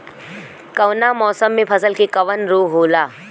कवना मौसम मे फसल के कवन रोग होला?